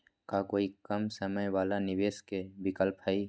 का कोई कम समय वाला निवेस के विकल्प हई?